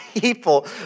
people